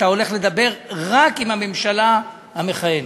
אתה הולך לדבר רק עם הממשלה המכהנת.